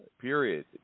period